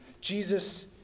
Jesus